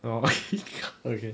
oh okay